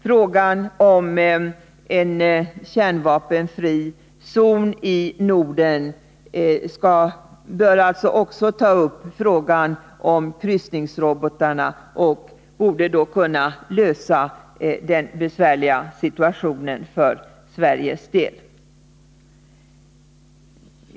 Frågan om en kärnvapenfri zon i Norden bör alltså också innefatta frågan om kryssningsrobotarna, och därmed borde den besvärliga situationen kunna klaras upp för Sveriges del.